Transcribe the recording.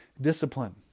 discipline